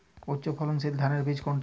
উচ্চ ফলনশীল ধানের বীজ কোনটি?